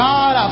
God